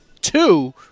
two